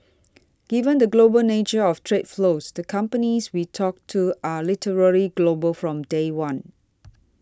given the global nature of trade flows the companies we talk to are literally global from day one